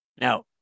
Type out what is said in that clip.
Now